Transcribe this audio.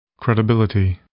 Credibility